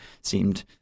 seemed